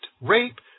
rape